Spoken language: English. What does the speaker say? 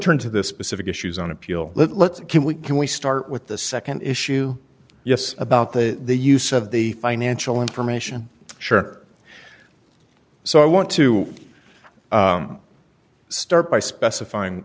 turn to the specific issues on appeal let's can we can we start with the nd issue yes about the the use of the financial information sure so i want to start by specify